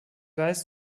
weiß